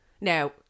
Now